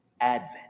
Advent